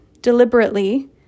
deliberately